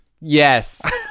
Yes